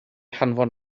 hanfon